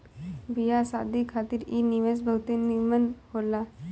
बियाह शादी खातिर इ निवेश बहुते निमन होला